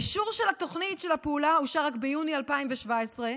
תוכנית הפעולה אושרה רק ביוני 2017,